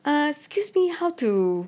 ah excuse me how to